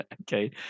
okay